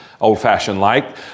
old-fashioned-like